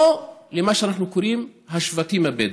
או במה שאנחנו קוראים "השבטים הבדואיים".